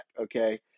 Okay